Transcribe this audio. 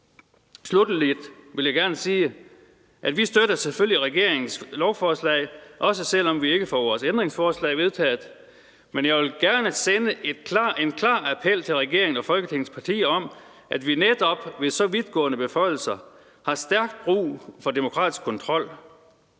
Sluttelig vil jeg gerne sige, at vi selvfølgelig støtter regeringens lovforslag, også selv om vi ikke får vores ændringsforslag vedtaget, men jeg vil gerne sende en klar appel til regeringen og Folketingets partier om, at vi netop ved så vidtgående beføjelser har stærkt brug for demokratisk kontrol.